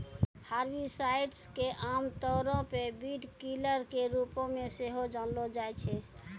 herbicides के आमतौरो पे वीडकिलर के रुपो मे सेहो जानलो जाय छै